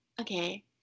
okay